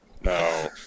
no